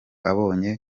abonye